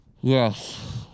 Yes